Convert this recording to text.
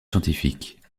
scientifiques